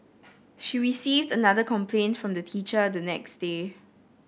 she received another complaint from the teacher the next day